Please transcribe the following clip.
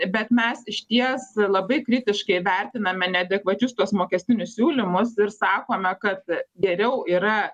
bet mes išties labai kritiškai vertiname neadekvačius tuos mokestinius siūlymus ir sakome kad geriau yra